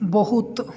ବହୁତ